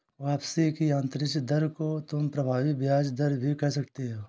वापसी की आंतरिक दर को तुम प्रभावी ब्याज दर भी कह सकते हो